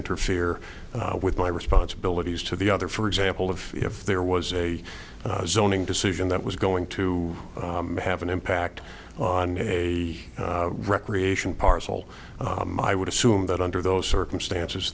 interfere with my responsibilities to the other for example of if there was a zoning decision that was going to have an impact on a recreation parcel i would assume that under those circumstances